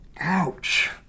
ouch